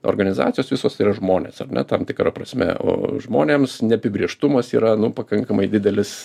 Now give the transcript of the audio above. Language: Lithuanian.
organizacijos visos tai yra žmonės ar ne tam tikra prasme o žmonėms neapibrėžtumas yra nu pakankamai didelis